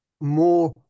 more